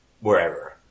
wherever